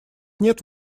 нет